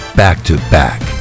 back-to-back